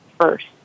first